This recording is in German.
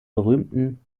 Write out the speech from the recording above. berühmten